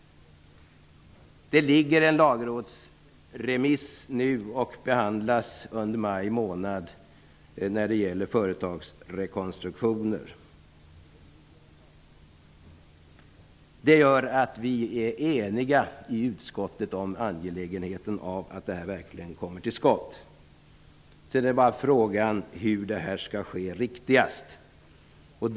En lagrådsremiss när det gäller företagsrekonstruktion ligger nu och skall behandlas under maj månad. Det gör att vi i utskottet är eniga om det angelägna i att det här verkligen kommer till stånd. Sedan är det bara fråga om hur det skall ske på bästa sätt.